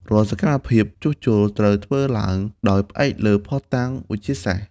រាល់សកម្មភាពជួសជុល ត្រូវធ្វើឡើងដោយផ្អែកលើភស្តុតាងវិទ្យាសាស្ត្រ។